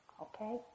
okay